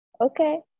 okay